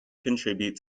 contribute